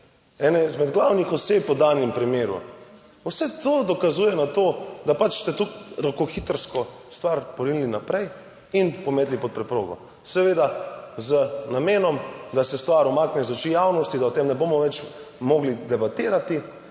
ene izmed glavnih oseb v danem primeru. Vse to dokazuje na to, da pač ste tudi rokohitrsko stvar porinili naprej in pometli pod preprogo seveda z namenom, da se stvar umakne iz oči javnosti, da o tem ne bomo več mogli debatirati